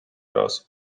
раз